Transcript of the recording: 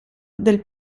del